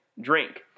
drink